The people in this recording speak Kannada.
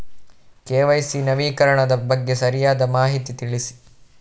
ಕೆ.ವೈ.ಸಿ ನವೀಕರಣದ ಬಗ್ಗೆ ಸರಿಯಾದ ಮಾಹಿತಿ ತಿಳಿಸಿ?